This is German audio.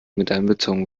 miteinbezogen